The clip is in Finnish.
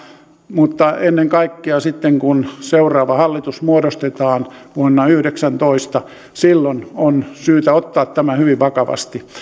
mutta ennen kaikkea silloin kun seuraava hallitus muodostetaan vuonna yhdeksäntoista on syytä ottaa tämä hyvin vakavasti